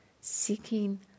seeking